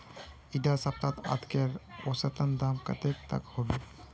इडा सप्ताह अदरकेर औसतन दाम कतेक तक होबे?